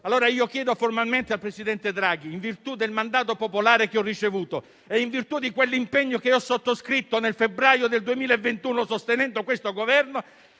Io chiedo formalmente al presidente Draghi, in virtù del mandato popolare che ho ricevuto e in virtù di quell'impegno che ho sottoscritto nel febbraio del 2021, sostenendo questo Governo,